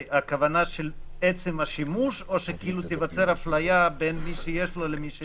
הכוונה של עצם השימוש או שתיווצר אפליה בין מי שיש לו ובין מי שאין לו?